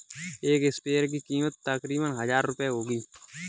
एक स्प्रेयर की कीमत तकरीबन हजार रूपए होगी